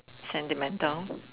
sentimental